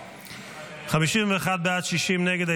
51 בעד, 60 נגד.